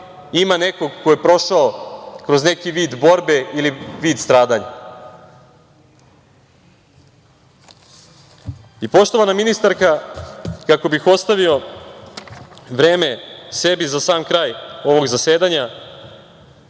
ima nekog ko je prošao kroz neki vid borbe ili vid stradanja. Poštovana ministarka, kako bih ostavio vreme sebi za sam kraj ovog zasedanja,